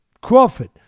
Crawford